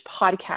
podcast